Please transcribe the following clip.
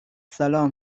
سلام